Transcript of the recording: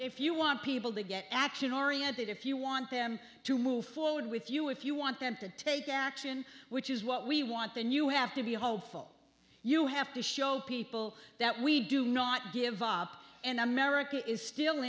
if you want people to get action oriented if you want them to move forward with you if you want them to take action which is what we want then you have to be hopeful you have to show people that we do not give up and america is still